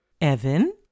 Evan